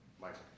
Michael